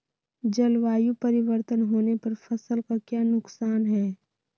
जलवायु परिवर्तन होने पर फसल का क्या नुकसान है?